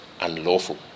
unlawful